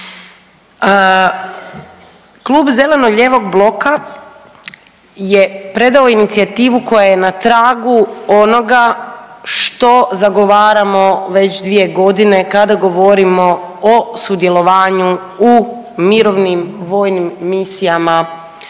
Klub zeleno-lijevog bloka je predao inicijativu koja je na tragu onoga što zagovaramo već dvije godine kada govorimo o sudjelovanju u mirovnim vojnim misijama